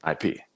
IP